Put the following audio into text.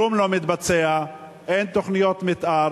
כלום לא מתבצע, אין תוכניות מיתאר,